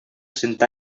cent